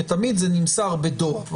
כי תמיד זה נמסר בדואר,